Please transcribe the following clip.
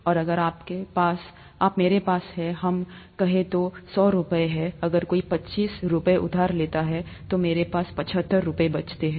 और अगर मेरे पास है हम कहें तो सौ रुपये है अगर कोई पच्चीस रुपये उधार लेता है मेरे पास पचहत्तर रुपए बचे हैं